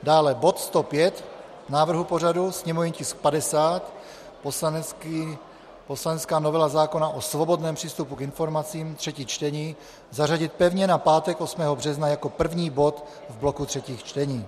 Dále bod 105 návrhu pořadu, sněmovní tisk 50 poslanecká novela zákona o svobodném přístupu k informacím, třetí čtení, zařadit pevně na pátek 8. března jako první bod v bloku třetích čtení.